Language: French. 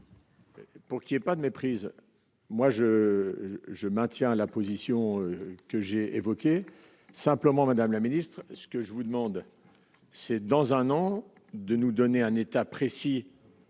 Pour qu'il y ait pas de méprise, moi je, je maintiens la position que j'ai évoquées simplement Madame la Ministre, ce que je vous demande, c'est dans un an, de nous donner un état précis